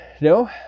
no